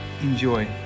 Enjoy